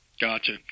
Gotcha